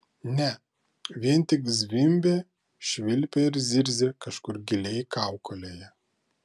ne vien tik zvimbė švilpė ir zirzė kažkur giliai kaukolėje